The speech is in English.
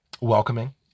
welcoming